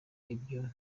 ibyo